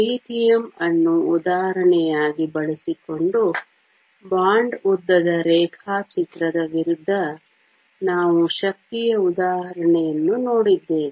lithium ಅನ್ನು ಉದಾಹರಣೆಯಾಗಿ ಬಳಸಿಕೊಂಡು ಬಾಂಡ್ ಉದ್ದದ ರೇಖಾಚಿತ್ರದ ವಿರುದ್ಧ ನಾವು ಶಕ್ತಿಯ ಉದಾಹರಣೆಯನ್ನು ನೋಡಿದ್ದೇವೆ